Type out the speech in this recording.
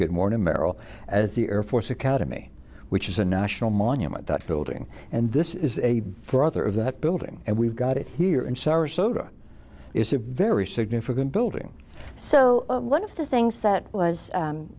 good morning merrill as the air force academy which is a national monument that building and this is a brother of that building and we've got it here in sarasota is a very significant building so one of the things that